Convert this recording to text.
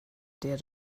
dir